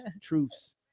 Truths